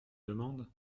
demande